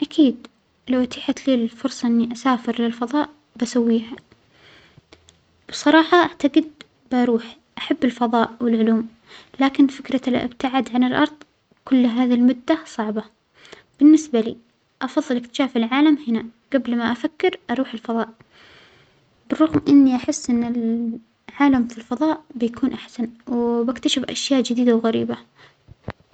أكيد لو أتيحت لى الفرصة إنى أسافى بالفظاء أسويها، بصراحة بعتقد أروح، أحب الفضاء والعلوم، لكن فكرة الإبتعاد عن الأرض كل هذه المدة صعبة، بالنسبة لى أفضل إكتشاف العالم هنا قبل ما أفكر أروح الفضاء، بالرغم إنى أحس أن العالم في الفظاء بيكون أحسن، وبكتشف أشياء جديدة وغريبة.